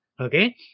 okay